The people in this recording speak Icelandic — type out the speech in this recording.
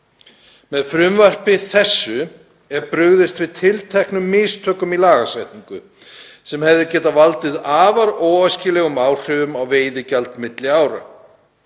Með frumvarpi þessu er brugðist við tilteknum mistökum í lagasetningu sem hefðu getað valdið afar óæskilegum áhrifum á veiðigjald milli ára.